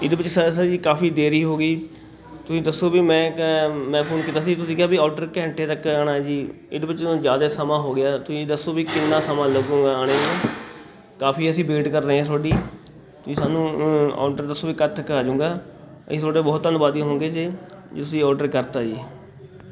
ਇਹ ਦੇ ਵਿੱਚ ਸਰ ਸਰ ਜੀ ਕਾਫ਼ੀ ਦੇਰੀ ਹੋ ਗਈ ਤੁਸੀਂ ਦੱਸੋ ਵੀ ਮੈਂ ਕ ਮੈਂ ਫ਼ੋਨ ਕੀਤਾ ਸੀ ਤੁਸੀਂ ਕਿਹਾ ਵੀ ਔਡਰ ਘੰਟੇ ਤੱਕ ਆਉਣਾ ਜੀ ਇਹਦੇ ਵਿੱਚ ਜ਼ਿਆਦਾ ਸਮਾਂ ਹੋ ਗਿਆ ਤੁਸੀਂ ਦੱਸੋ ਵੀ ਕਿੰਨਾ ਸਮਾਂ ਲੱਗੂਗਾ ਆਉਣੇ 'ਚ ਕਾਫੀ ਅਸੀਂ ਵੇਟ ਕਰ ਰਹੇ ਆ ਤੁਹਾਡੀ ਤੁਸੀਂ ਸਾਨੂੰ ਔਡਰ ਦੱਸੋ ਵੀ ਕਦ ਤੱਕ ਆਜੂਗਾ ਅਸੀਂ ਤੁਹਾਡੇ ਬਹੁਤ ਧੰਨਵਾਦੀ ਹੋਉਂਗੇ ਜੀ ਜੇ ਤੁਸੀਂ ਔਡਰ ਕਰਤਾ ਜੀ